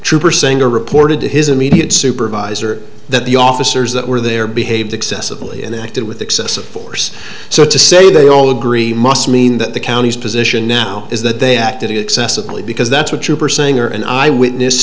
trooper saying to reported to his immediate supervisor that the officers that were there behaved excessively and acted with excessive force so to say they all agree must mean that the county's position now is that they acted excessively because that's what trooper saying or an eyewitness